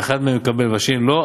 ואחד מהם מקבל והאחר לא,